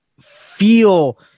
feel –